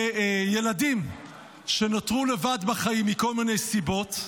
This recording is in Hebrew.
ילדים שנותרו לבד בחיים מכל מיני סיבות,